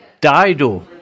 Dido